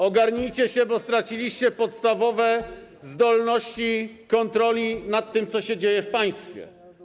Ogarnijcie się, bo straciliście podstawowe zdolności kontroli nad tym, co się dzieje w państwie.